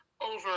over